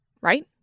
right